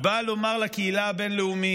היא באה לומר לקהילה הבין-לאומית: